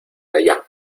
allá